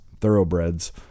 thoroughbreds